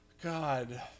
god